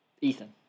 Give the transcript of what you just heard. Ethan